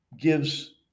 gives